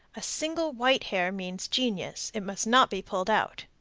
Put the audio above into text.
a single white hair means genius it must not be pulled out.